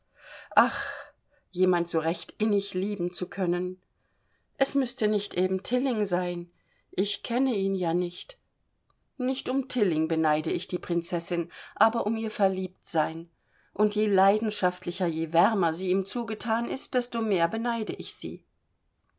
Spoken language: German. ach jemand so recht innig lieben zu können es müßte nicht eben tilling sein ich kenne ihn ja nicht nicht um tilling beneide ich die prinzessin aber um ihr verliebtsein und je leidenschaftlicher je wärmer sie ihm zugethan ist desto mehr beneide ich sie